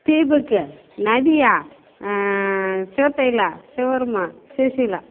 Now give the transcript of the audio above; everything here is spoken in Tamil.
தீபக் நதியா சிவத்தைலா சிவவர்மா சுசிலா